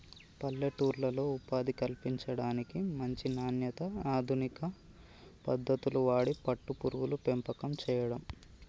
పల్లెటూర్లలో ఉపాధి కల్పించడానికి, మంచి నాణ్యత, అధునిక పద్దతులు వాడి పట్టు పురుగుల పెంపకం చేయడం